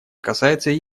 касается